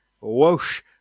whoosh